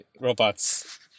robots